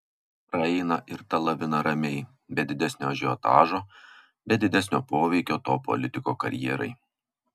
praeina ir ta lavina ramiai be didesnio ažiotažo be didesnio poveikio to politiko karjerai